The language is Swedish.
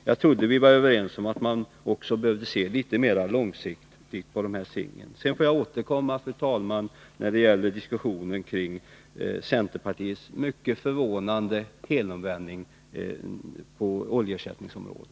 Jag trodde att vi var överens om att man också behövde se litet mera långsiktigt på dessa problem. Sedan får jag, fru talman, återkomma när det gäller diskussionen kring centerpartiets mycket förvånansvärda helomvändning på oljeersättningsområdet.